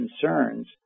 concerns